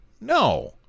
No